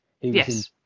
Yes